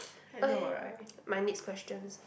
okay my next questions